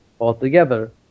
altogether